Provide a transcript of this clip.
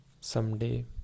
someday